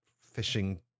fishing